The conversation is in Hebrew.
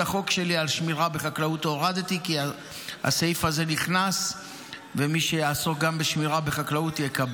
כי זה מלחמה ואנחנו מול חיזבאללה ואיראן.